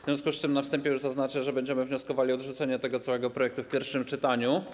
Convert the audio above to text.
W związku z tym na wstępie już zaznaczę, że będziemy wnioskowali o odrzucenie całego projektu w pierwszym czytaniu.